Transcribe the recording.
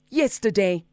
yesterday